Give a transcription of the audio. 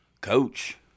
Coach